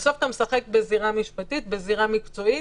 בסוף משחקים בזירה משפטית, בזירה מקצועית.